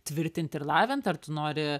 tvirtint ir lavint ar tu nori